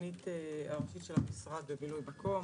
המדענית הראשית של המשרד במילוי מקום.